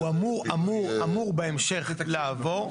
הוא אמור בהמשך לעבור.